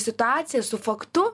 situacija su faktu